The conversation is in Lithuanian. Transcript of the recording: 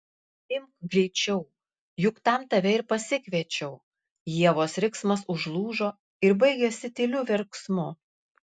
imk greičiau juk tam tave ir pasikviečiau ievos riksmas užlūžo ir baigėsi tyliu verksmu